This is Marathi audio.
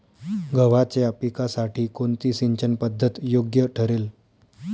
गव्हाच्या पिकासाठी कोणती सिंचन पद्धत योग्य ठरेल?